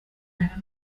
einer